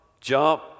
jump